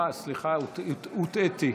הוטעיתי.